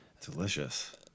Delicious